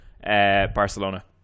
barcelona